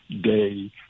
day